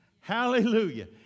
Hallelujah